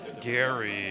Gary